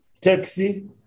taxi